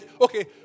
okay